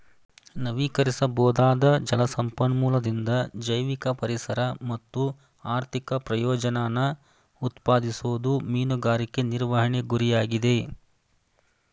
ನವೀಕರಿಸಬೊದಾದ ಜಲ ಸಂಪನ್ಮೂಲದಿಂದ ಜೈವಿಕ ಪರಿಸರ ಮತ್ತು ಆರ್ಥಿಕ ಪ್ರಯೋಜನನ ಉತ್ಪಾದಿಸೋದು ಮೀನುಗಾರಿಕೆ ನಿರ್ವಹಣೆ ಗುರಿಯಾಗಿದೆ